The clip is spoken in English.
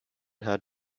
had